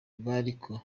bariko